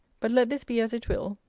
but let this be as it will,